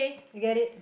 you get it